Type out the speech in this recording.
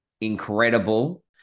incredible